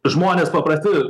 žmonės paprasti